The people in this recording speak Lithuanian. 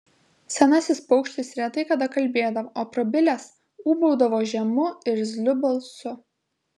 senasis paukštis retai kada kalbėdavo o prabilęs ūbaudavo žemu irzliu balsu